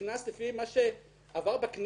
לפי מה שעבר בכנסת,